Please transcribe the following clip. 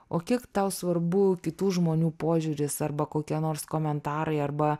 o kiek tau svarbu kitų žmonių požiūris arba kokie nors komentarai arba